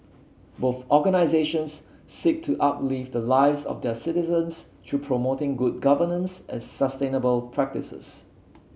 both organisations seek to uplift the lives of their citizens through promoting good governance and sustainable practices